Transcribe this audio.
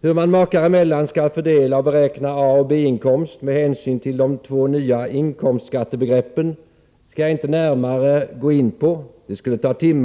Hur man makar emellan skall fördela och beräkna A och B-inkomst med hänsyn till de två nya inkomstskattebegreppen skall jag inte här närmare gå in på — det skulle ta timmar.